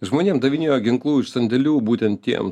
žmonėm davinėjo ginklų iš sandėlių būtent tiem